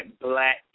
black